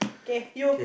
get you